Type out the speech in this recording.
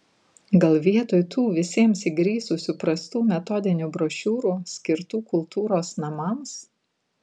gal vietoj tų visiems įgrisusių prastų metodinių brošiūrų skirtų kultūros namams